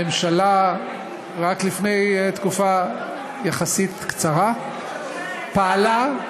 הממשלה רק לפני תקופה יחסית קצרה פעלה.